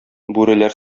бүреләр